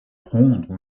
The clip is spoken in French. rendre